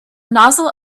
nozzle